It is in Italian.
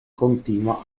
continua